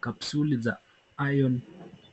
Kapsuli za Iron